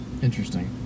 Interesting